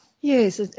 Yes